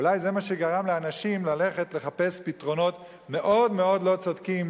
אולי זה מה שגרם לאנשים ללכת לחפש פתרונות מאוד מאוד לא צודקים,